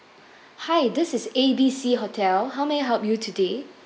hi this is A B C hotel how may I help you today